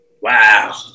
wow